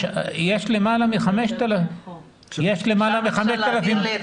יש למעלה מ-5,000 --- אפשר בבקשה להעביר לי את